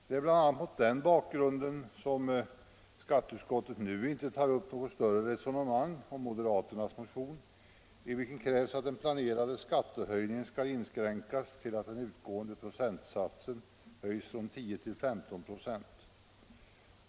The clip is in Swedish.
Det är bl.a. mot den bakgrunden som skatteutskottet nu inte tar upp något större resonemang om moderaternas motion, i vilken krävs att den planerade skattehöjningen skall inskränkas till att den utgående procentsatsen höjs från 10 till 15 96.